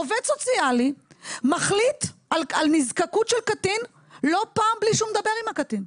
עובד סוציאלי מחליט על נזקקות של קטין לא פעם בלי שהוא מדבר עם הקטין,